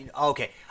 Okay